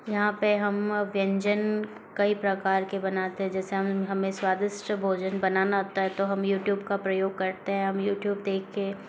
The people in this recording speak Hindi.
यहाँ पर हम व्यंजन कई प्रकार के बनाते हैं जैसे हमें स्वादिष्ट भोजन बनाना आता है तो हम यूट्यूब का प्रयोग करते है हम यूट्यूब देख कर